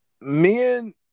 men